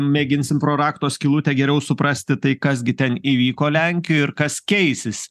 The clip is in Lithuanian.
mėginsim pro rakto skylutę geriau suprasti tai kas gi ten įvyko lenkijoj ir kas keisis